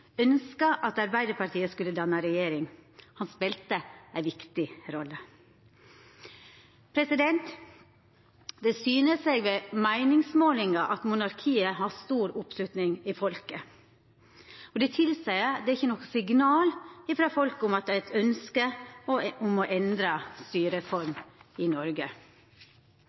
at Arbeidarpartiet skulle danna regjering. Han spelte ei viktig rolle. Det syner seg ved meiningsmålingar at monarkiet har stor oppslutning i folket. Det tilseier at det er ikkje noko signal frå folket om at det er eit ønske om å endra styreform i Noreg.